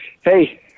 Hey